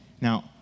Now